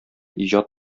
иҗат